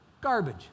garbage